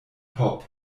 pop